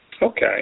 Okay